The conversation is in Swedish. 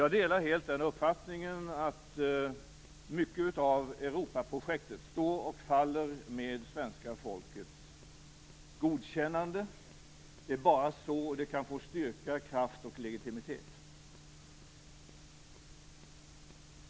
Jag delar helt uppfattningen att mycket av Europaprojektet står och faller med svenska folkets godkännande. Det är bara så det kan få styrka, kraft och legitimitet.